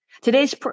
Today's